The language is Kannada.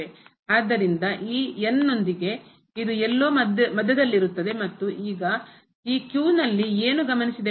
ಆದ್ದರಿಂದ ಈ ನೊಂದಿಗೆ ಇದು ಎಲ್ಲೋ ಮಧ್ಯದಲ್ಲಿರುತ್ತದೆ ಮತ್ತು ಈಗ ಈ ನಲ್ಲಿ ಏನು ಗಮನಿಸಿದೆವೆಂದರೆ